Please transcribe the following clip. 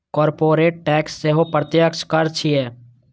corporate tax सेहो प्रत्यक्ष कर छियै